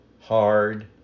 hard